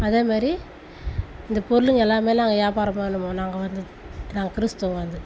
அதேமாதிரி இந்த பொருளுங்கள் எல்லாமேயெல்லாம் நாங்கள் வியாபாரம் பண்ணுவோம் நாங்கள் வந்து நாங்கள் கிறிஸ்துவம் அது